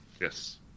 Yes